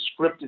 scripted